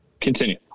Continue